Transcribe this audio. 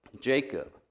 Jacob